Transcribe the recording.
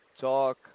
Talk